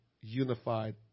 unified